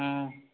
हम्म